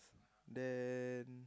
then